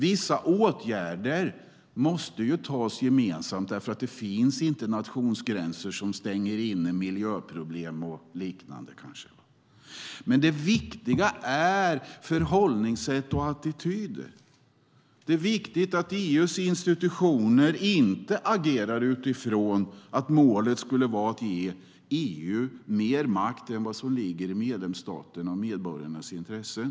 Vissa åtgärder måste vidtas gemensamt därför att det inte finns några nationsgränser som stänger in miljöproblem och liknande. Men det viktiga är förhållningssätt och attityder. Det är viktigt att EU:s institutioner inte agerar utifrån att målet skulle vara att ge EU mer makt än vad som ligger i medlemsstaternas och deras medborgares intressen.